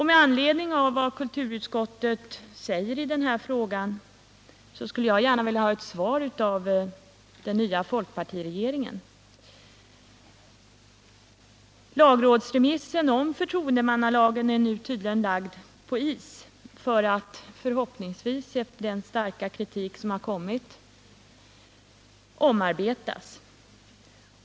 Med anledning av vad kulturutskottet säger i den här frågan vill jag gärna ha ett svar från den nya folkpartiregeringen. Lagrådsremissen på förtroendemannalagen är nu tydligen lagd på is för att förhoppningsvis efter den starka kritik som kommit omarbetas.